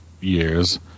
years